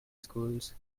schools